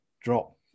drop